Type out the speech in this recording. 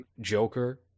Joker